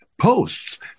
Posts